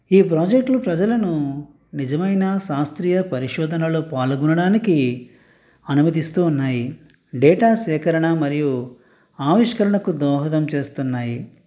ఈ ప్రాజెక్ట్లు ప్రజలను నిజమైన శాస్త్రీయ పరిశోధనలో పాల్గొనడానికి అనుమతిస్తూ ఉన్నాయి డేటా సేకరణ మరియు ఆవిష్కరణకు దోహదం చేస్తున్నాయి